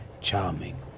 charming